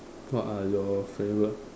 what are your favourite